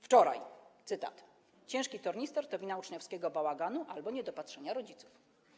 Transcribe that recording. Wczoraj mówiła pani, cytat, że ciężki tornister to wina uczniowskiego bałaganu albo niedopatrzenia rodziców.